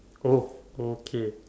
oh oh okay